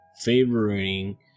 favoring